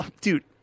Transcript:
dude